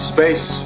Space